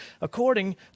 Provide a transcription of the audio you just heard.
according